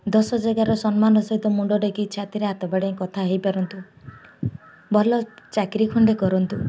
ଦଶ ଜାଗାର ସମ୍ମାନର ସହିତ ମୁଣ୍ଡ ଟେକି ଛାତିରେ ହାତ ବାଡ଼େଇ କଥା ହୋଇପାରନ୍ତୁ ଭଲ ଚାକିରି ଖଣ୍ଡେ କରନ୍ତୁ